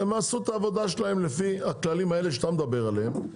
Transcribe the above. הם עשו את העבודה שלהם לפי הכללים האלה שאתה מדבר עליהם,